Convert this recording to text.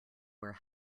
where